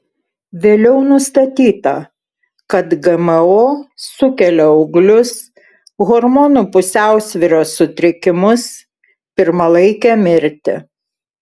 vėliau nustatyta kad gmo sukelia auglius hormonų pusiausvyros sutrikimus pirmalaikę mirtį